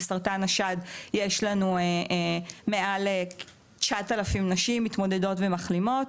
בסרטן השד יש לנו מעל ל-9,000 נשים שמתמודדות ומחלימות,